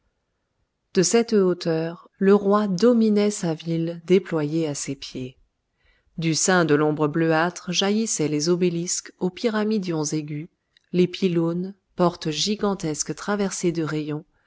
de cette hauteur le roi dominait sa ville déployée à ses pieds du sein de l'ombre bleuâtre jaillissaient les obélisques aux pyramidions aigus les pylônes portes gigantesques traversées de rayons